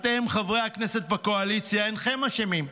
אתם, חברי הכנסת בקואליציה, אינכם אשמים,